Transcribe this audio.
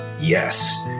Yes